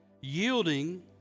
Yielding